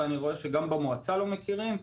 ואני רואה שגם במועצה לא מכירים.